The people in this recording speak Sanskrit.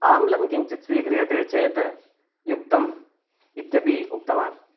आम्लं किञ्चित् स्वीक्रियते चेत् युक्तम् इत्यपि उक्तवान्